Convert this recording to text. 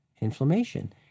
inflammation